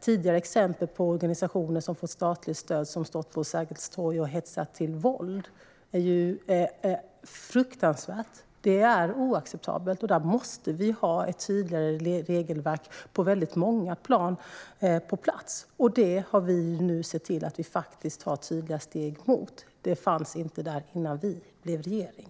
tidigare exempel på organisationer som har fått statligt stöd som har stått på Sergels torg och hetsat till våld. Det är fruktansvärt. Det är oacceptabelt, och där måste vi ha ett tydligare regelverk på många plan på plats. Det har vi nu sett till att vi tar tydliga steg mot, och det fanns inte där innan vi bildade regering.